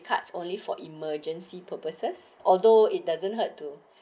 cards only for emergency purposes although it doesn't hurt to